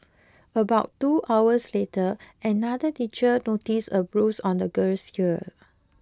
about two hours later another teacher noticed a bruise on the girl's ear